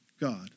God